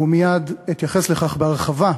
ומייד אתייחס לכך בהרחבה,